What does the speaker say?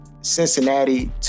Cincinnati